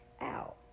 out